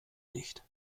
nicht